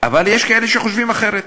אבל יש כאלה שחושבים אחרת.